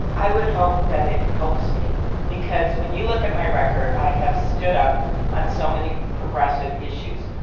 i would hope that it helps me because when you look at my record, i have stood up on so many progressive issues,